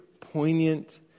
poignant